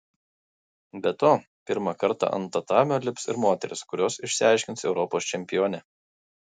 be to pirmą kartą ant tatamio lips ir moterys kurios išsiaiškins europos čempionę